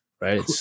right